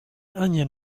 onion